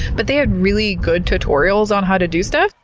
but, they have really good tutorials on how to do stuff.